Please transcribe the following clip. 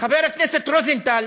חבר הכנסת רוזנטל,